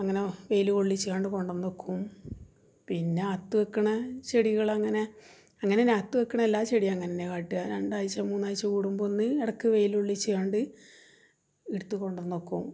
അങ്ങനെ വെയിൽ കൊള്ളിച്ങ്ങാണ്ട് കൊണ്ടു വന്നു വെക്കും പിന്നെ അകത്ത് വെക്കണ ചെടികളങ്ങനെ അങ്ങനെ അല്ല അകത്ത് വെക്കണ എല്ലാ ചെടികളും അങ്ങനെതന്നെ കാട്ട രണ്ടാഴ്ച മൂന്നാഴ്ച കൂടുമ്പോൾ ഒന്ന് ഇടക്ക് വെയിൽ കൊള്ളിച്ങ്ങാണ്ട് എടുത്തു കൊണ്ടു വന്നു വെക്കും